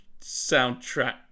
soundtrack